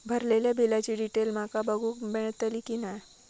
भरलेल्या बिलाची डिटेल माका बघूक मेलटली की नाय?